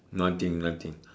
nothing nothing